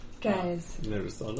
guys